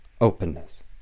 openness